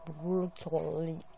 brutally